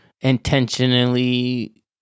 intentionally